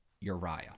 uriah